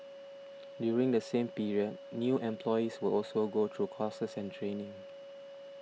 during the same period new employees will also go through courses and training